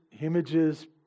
images